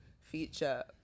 feature